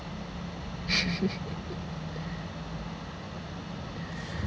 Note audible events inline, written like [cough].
[laughs]